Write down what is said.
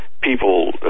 people